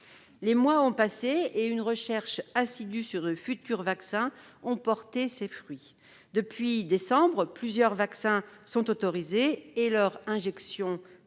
Les mois ont passé et une recherche assidue sur de futurs vaccins a porté ses fruits. Depuis le mois de décembre dernier, plusieurs vaccins sont autorisés et leur injection